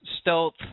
stealth